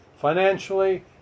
financially